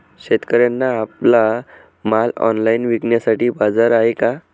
शेतकऱ्यांना आपला माल ऑनलाइन विकण्यासाठी बाजार आहे का?